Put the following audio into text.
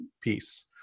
piece